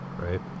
right